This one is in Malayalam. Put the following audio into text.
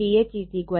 ZTH 2